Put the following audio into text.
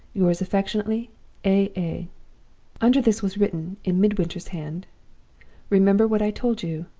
yours affectionately a under this was written, in midwinter's hand remember what i told you.